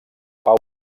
pau